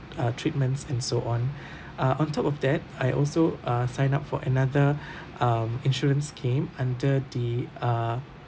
uh treatments and so on uh on top of that I also uh sign up for another um insurance scheme under the uh